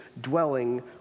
dwelling